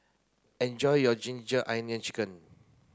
enjoy your ginger onion chicken